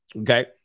Okay